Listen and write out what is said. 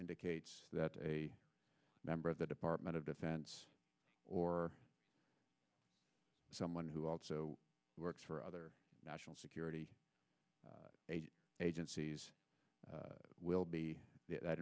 indicates that a member of the department of defense or someone who also works for other national security agencies will be that